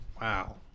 Wow